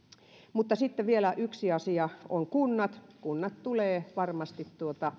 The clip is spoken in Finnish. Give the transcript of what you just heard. sitten vielä yksi asia on kunnat kunnat tulevat varmasti